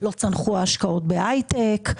לא צנחו ההשקעות בהייטק.